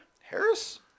Harris